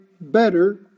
better